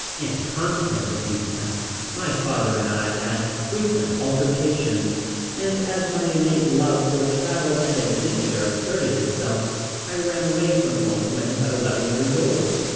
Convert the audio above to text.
in consequence of these facts my father and i had frequent altercations and as my innate love for travel and adventure asserted itself i ran away from home when but eleven years old,